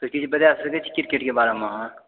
तऽ किछु बता सकै छी क्रिकेटके बारेमे अहाँ